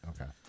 Okay